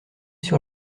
sur